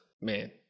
Man